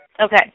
Okay